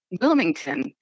Wilmington